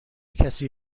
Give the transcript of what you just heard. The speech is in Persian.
کسی